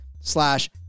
slash